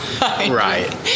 right